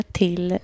till